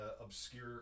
obscure